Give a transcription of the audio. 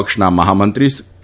પક્ષના મહામંત્રી કે